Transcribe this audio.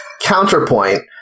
Counterpoint